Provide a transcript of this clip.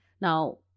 Now